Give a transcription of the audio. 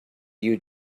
you